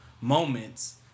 moments